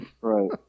Right